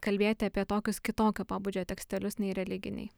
kalbėti apie tokius kitokio pobūdžio tekstelius nei religiniai